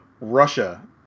Russia